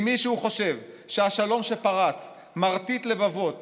אם מישהו חושב שהשלום שפרץ מרטיט לבבות